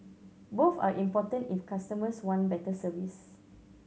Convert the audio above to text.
both are important if customers want better service